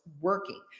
working